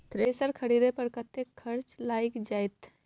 Thresher खरीदे पर कतेक खर्च लाईग जाईत?